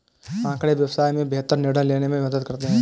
आँकड़े व्यवसाय में बेहतर निर्णय लेने में मदद करते हैं